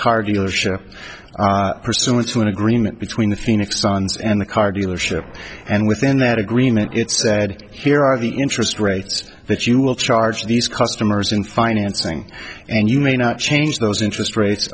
car dealership pursuant to an agreement between the phoenix suns and the car dealership and within that agreement it said here are the interest rates that you will charge these customers in financing and you may not change those interest rates